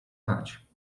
chać